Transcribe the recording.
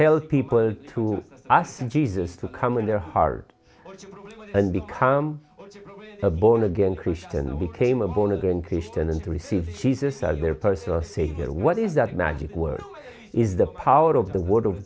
tell people to ask jesus to come in their heart and become a born again christian and became a born again christian and to receive jesus as their personal savior what is that magic word is the power of the word of